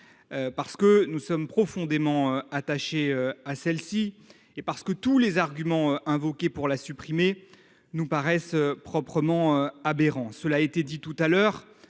parce que nous sommes profondément attachés à celle ci, ensuite parce que tous les arguments invoqués pour la supprimer nous paraissent proprement aberrants. Premièrement, contrairement